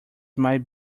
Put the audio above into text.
might